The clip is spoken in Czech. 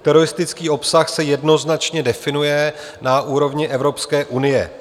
Teroristický obsah se jednoznačně definuje na úrovni Evropské unie.